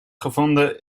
gevonden